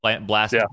blast